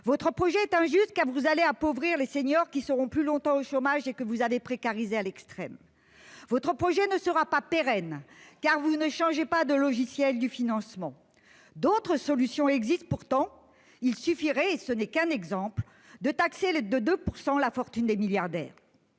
Votre projet est injuste, car vous allez appauvrir les seniors, qui seront plus longtemps au chômage et que vous avez précarisés à l'extrême. Votre projet ne sera pas pérenne, car vous ne changez pas le logiciel du financement. D'autres solutions existent pourtant : il suffirait, et ce n'est qu'un exemple, de taxer de 2 % la fortune des milliardaires.